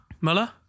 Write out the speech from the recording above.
Muller